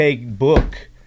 book